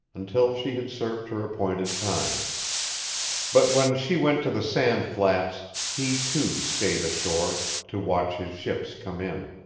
until she had served her appointed time but when she went to the sand flats, he, too, stayed ashore, to watch his ships come in.